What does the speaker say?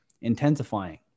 intensifying